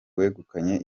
wegukanye